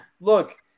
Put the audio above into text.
Look